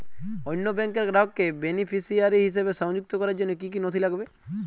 অন্য ব্যাংকের গ্রাহককে বেনিফিসিয়ারি হিসেবে সংযুক্ত করার জন্য কী কী নথি লাগবে?